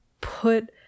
put